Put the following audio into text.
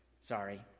Sorry